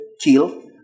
kill